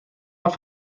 más